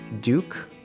Duke